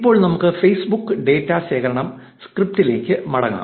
ഇപ്പോൾ നമുക്ക് Facebook data ശേഖരണ സ്ക്രിപ്റ്റിലേക്ക് മടങ്ങാം